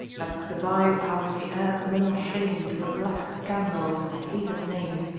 let's devise how we may add more shame to the black scandal of his hated name.